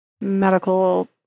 medical